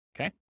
okay